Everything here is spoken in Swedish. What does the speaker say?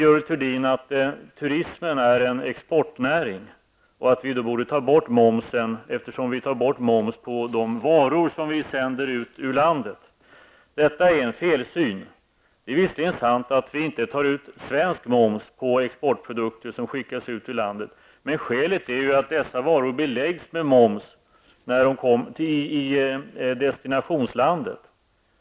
Görel Thurdin sade att turismen är en exportnäring och att vi därför borde ta bort momsen, eftersom vi tar bort momsen på de varor som vi sänder ut ur landet. Det är en felsyn. Det är visserligen sant att vi inte tar ut svensk moms på exportvaror som skickas ut ur landet, men skälet är ju att dessa varor beläggs med moms i destinationslandet.